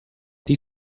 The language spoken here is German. die